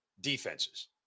defenses